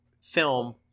film